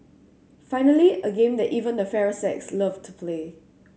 finally a game that even the fairer sex loved to play